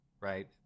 right